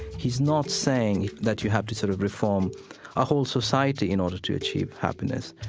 he's not saying that you have to sort of reform a whole society in order to achieve happiness.